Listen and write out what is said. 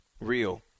real